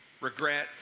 regret